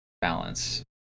balance